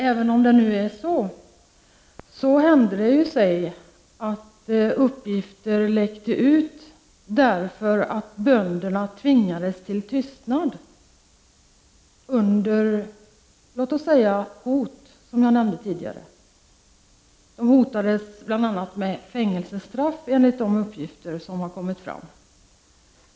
Även om det förhåller sig så, hände det ju sig att uppgifter läckte ut, därför att bönderna tvingades till tystnad under — låt oss säga — hot, som jag tidigare nämnde. Enligt de uppgifter som har kommit fram hotades bönderna bl.a. med fängelsestraff.